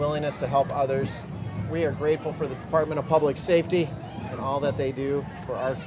willingness to help others we are grateful for the department of public safety and all that they do for